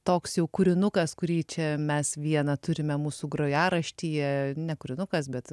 toks jau kūrinukas kurį čia mes vieną turime mūsų grojaraštyje ne kūrinukas bet